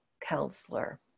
counselor